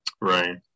Right